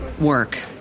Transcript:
work